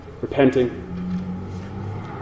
repenting